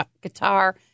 guitar